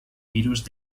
virus